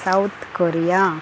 South Korea